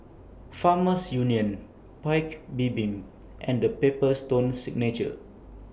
Farmers Union Paik's Bibim and The Paper Stone Signature